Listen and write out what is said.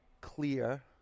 Clear